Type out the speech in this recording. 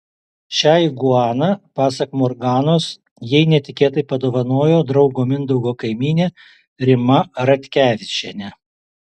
šią iguaną pasak morganos jai netikėtai padovanojo draugo mindaugo kaimynė rima ratkevičienė